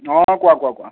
অ' কোৱা কোৱা কোৱা